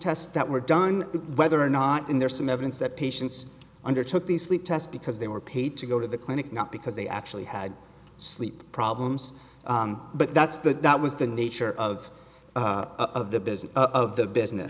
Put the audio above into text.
tests that were done whether or not in there some evidence that patients under took the sleep test because they were paid to go to the clinic not because they actually had sleep problems but that's the that was the nature of of the business of the business